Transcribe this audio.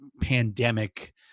pandemic